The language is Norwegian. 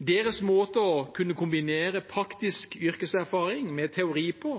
Deres måte å kunne kombinere praktisk yrkeserfaring med teori på